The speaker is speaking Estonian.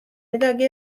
midagi